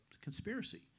conspiracy